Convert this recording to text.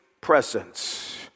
presence